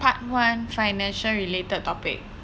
part one financial related topic